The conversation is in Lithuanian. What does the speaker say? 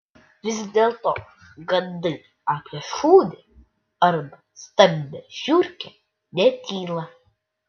vis dėlto gandai apie šunį arba stambią žiurkę netyla